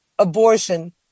Abortion